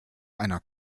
einer